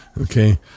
Okay